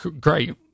great